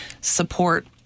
support